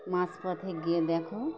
মাঝ পথে গিয়ে দেখে